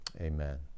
amen